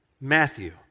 Matthew